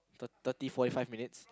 the thirty forty five minutes